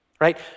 Right